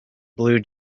blue